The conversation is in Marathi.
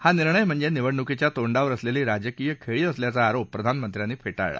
हा निर्णय म्हणजे निवडणुकीच्या तोंडावर असलेली राजकीय खेळी असल्याचा आरोप प्रधानमंत्र्यांनी फेटाळला